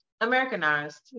americanized